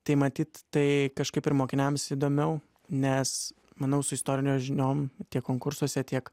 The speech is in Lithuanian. tai matyt tai kažkaip ir mokiniams įdomiau nes manau su istorinio žiniom tiek konkursuose tiek